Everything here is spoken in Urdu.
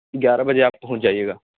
گیارہ بجے آپ پہنچ جائیے گا